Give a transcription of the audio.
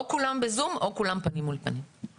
או כולם ב-זום או כולם פנים אל פנים.